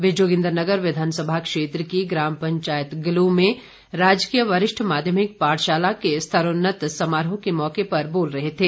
वे जोगिन्द्रनगर विधानसभा क्षेत्र की ग्राम पंचायत गलू में राजकीय वरिष्ठ माध्यमिक पाठशाला के स्तरोन्नत समारोह के मौके पर बोल रहे थे